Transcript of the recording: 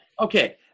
Okay